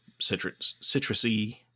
citrusy